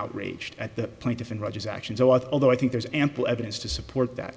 outraged at the plaintiff and roger's actions a lot although i think there's ample evidence to support that